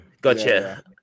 gotcha